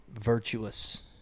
virtuous